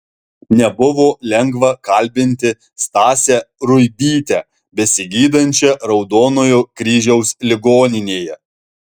nebuvo lengva kalbinti stasę ruibytę besigydančią raudonojo kryžiaus ligoninėje